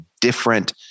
different